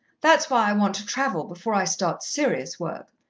that's why i want to travel, before i start serious work.